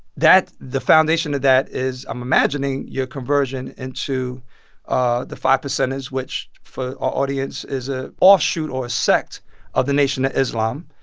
the foundation of that is i'm imagining your conversion into ah the five percenters, which for audience is a offshoot or a sect of the nation of islam,